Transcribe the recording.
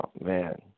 man